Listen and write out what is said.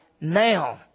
now